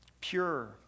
pure